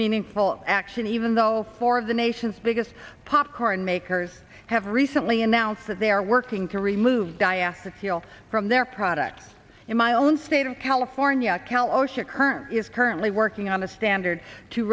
meaningful action even though four of the nation's biggest popcorn makers have recently announced that they are working to remove diaster title from their products in my own state of california cal osha current is currently working on a standard to